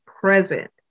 present